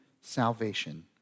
salvation